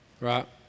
right